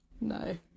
No